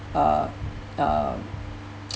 uh uh